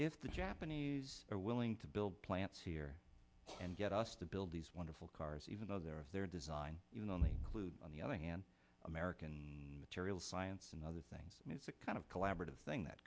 if the japanese are willing to build plants here and get us to build these wonderful cars even though they're of their design only on the other hand american material science and other things is a kind of collaborative thing that